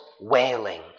wailing